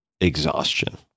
exhaustion